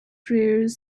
prayers